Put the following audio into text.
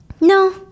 No